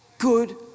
Good